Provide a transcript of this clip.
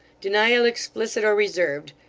denial explicit or reserved,